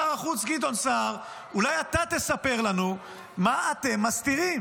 שר החוץ גדעון סער: אולי אתה תספר לנו מה אתם מסתירים?